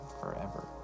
forever